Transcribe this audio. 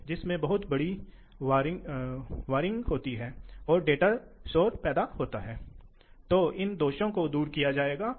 इसलिए हम इस पर थोड़ा चर्चा करेंगे